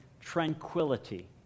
tranquility